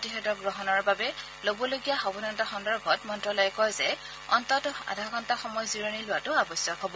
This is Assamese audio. প্ৰতিষেধক গ্ৰহণ সন্দৰ্ভত ল'বলগীয়া সাৱধানতা সন্দৰ্ভত মন্ত্যালয়ে কয় যে অন্ততঃ আধাঘণ্টা সময় জিৰণি লোৱাটো আৱশ্যক হ'ব